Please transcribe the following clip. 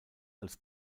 als